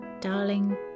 Darling